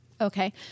Okay